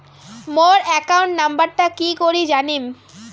মোর account নাম্বারটা কি করি জানিম?